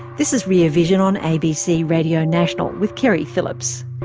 this is rear vision on abc radio national with keri phillips.